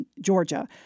Georgia